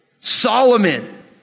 Solomon